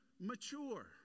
mature